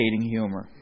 humor